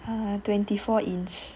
uh twenty four inch